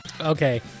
Okay